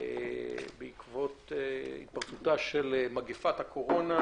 בעקבות התפרצותה של מגפת הקורונה,